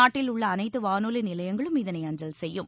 நாட்டில் உள்ள அனைத்து வானொலி நிலையங்கள் இதனை அஞ்சல் செய்யும்